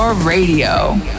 radio